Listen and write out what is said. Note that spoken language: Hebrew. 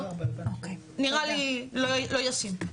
נראה לי לא ישים.